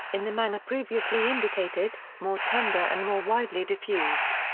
in the manner previously indicated, more tender and more widely diffused.